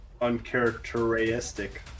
Uncharacteristic